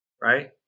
right